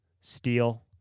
steel